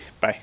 bye